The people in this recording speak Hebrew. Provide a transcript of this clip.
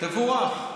תבורך.